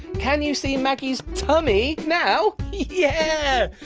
can you see maggie's tummy now? yeah.